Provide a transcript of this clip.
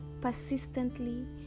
persistently